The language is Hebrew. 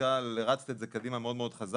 כמנכ"ל את הרצת את זה קדימה מאוד חזק,